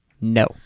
no